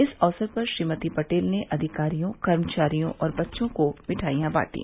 इस अवसर पर श्रीमती पटेल ने अधिकारियों कर्मचारियों और बच्चों को मिठाई बांटी